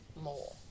more